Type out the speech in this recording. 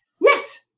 Yes